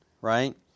right